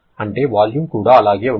అంటే వాల్యూమ్ కూడా అలాగే ఉంటుంది